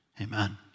Amen